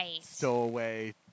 stowaway